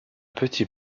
petit